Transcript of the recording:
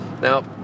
Now